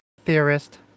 theorist